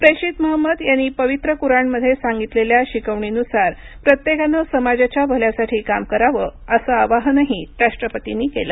प्रेषित महंमद यांनी पवित्र कुराणमध्ये सांगितलेल्या शिकवणीनुसार प्रत्येकानं समाजाच्या भल्यासाठी काम करावं असं आवाहनही राष्ट्रपतींनी केलं